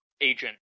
agent